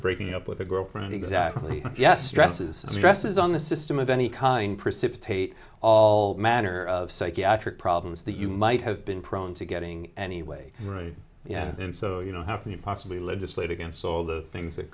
breaking up with a girlfriend exactly yes stresses stresses on the system of any kind precipitate all manner of psychiatric problems that you might have been prone to getting anyway you know and so you know how can you possibly legislate against all the things that